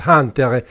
Hunter